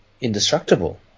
indestructible